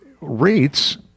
rates